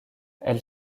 elle